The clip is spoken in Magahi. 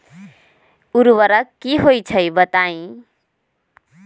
उर्वरक की होई छई बताई?